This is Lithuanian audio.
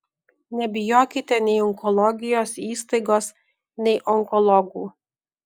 nebijokite nei onkologijos įstaigos nei onkologų